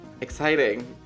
Exciting